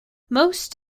most